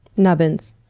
nubbins.